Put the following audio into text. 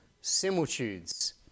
similitudes